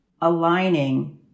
aligning